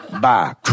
Bye